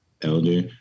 elder